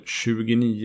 29